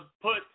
put